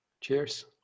cheers